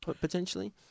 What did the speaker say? potentially